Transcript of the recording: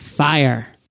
Fire